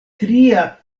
tria